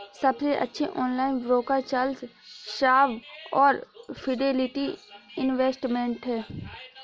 सबसे अच्छे online broker Charles Schwab और फिडेलिटी इन्वेस्टमेंट हैं